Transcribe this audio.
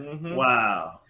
Wow